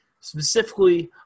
Specifically